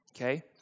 okay